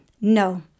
No